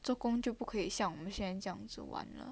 做工就不可以像我们现在这样子玩了